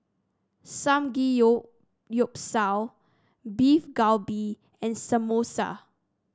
Samgeyopsal Beef Galbi and Samosa